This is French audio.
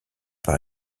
par